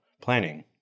planning